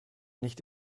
nicht